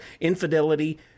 Infidelity